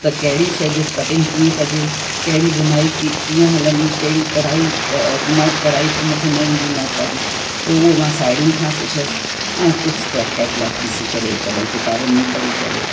त कहिड़ी शइ जो कटिंग कीअं कजे कहिड़ी बुनाई कीअं हलंदी कहिड़ी कढ़ाई नॉट कढ़ाई पे मूंखे न ईंदी नॉट वारी पोइ उहो मां साहिड़ियुनि खां सिखियसि ऐं कुझु त कैटलोक ॾिसी करे कॾहिं किताबनि में पढ़ी करे